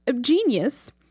genius